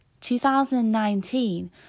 2019